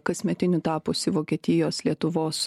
kasmetiniu tapusį vokietijos lietuvos